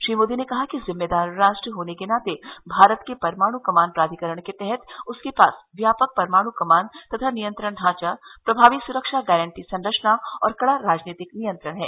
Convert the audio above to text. श्री मोदी ने कहा कि जिम्मेदार राष्ट्र होने के नाते भारत के परमाणु कमान प्राधिकरण के तहत उसके पास व्यापक परमाणु कमान तथा नियंत्रण ढांचा प्रभावी सुरक्षा गारंटी संरचना और कड़ा राजनीतिक नियंत्रण है